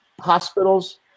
hospitals